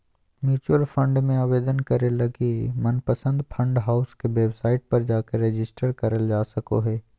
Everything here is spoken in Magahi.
म्यूचुअल फंड मे आवेदन करे लगी मनपसंद फंड हाउस के वेबसाइट पर जाके रेजिस्टर करल जा सको हय